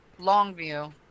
Longview